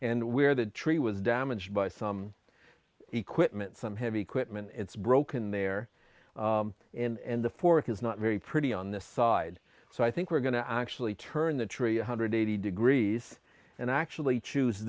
and where that tree was damaged by some equipment some heavy equipment it's broken there and the fork is not very pretty on the side so i think we're going to actually turn the tree one hundred eighty degrees and actually choose